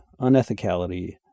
unethicality